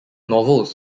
novels